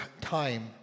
time